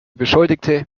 beschuldigte